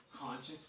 conscious